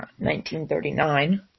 1939